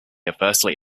adversely